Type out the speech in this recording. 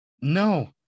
No